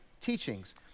teachings